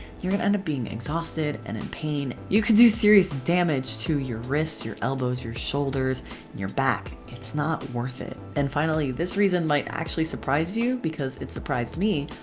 you're gonna end up being exhausted and in pain. you can do serious damage to your wrists, your elbows, your shoulders and your back. it's not worth it. and finally this reason might actually surprise you because it surprised me.